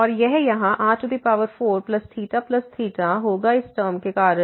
और यह यहाँ r4 और होगा इस टर्म के कारण